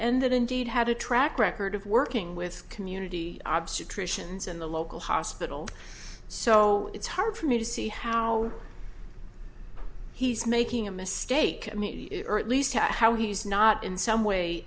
that indeed had a track record of working with community obstetricians in the local hospital so it's hard for me to see how he's making a mistake or at least to he's not in some way